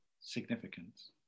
significance